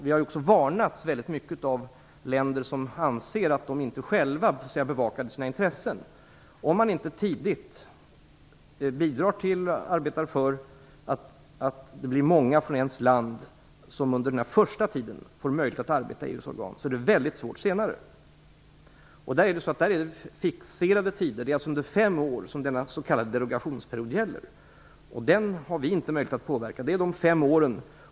Vi har också varnats mycket av länder som anser att de inte själva har bevakat sina intressen. Om man inte tidigt bidrar till och arbetar för att många från ens land under den första tiden får möjlighet att arbeta i EU:s organ, är det mycket svårt att åstadkomma det senare. Det gäller en fixerad tid. Den här s.k. derogationsperioden är fem år. Vi har inte möjlighet att påverka tiden.